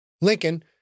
Lincoln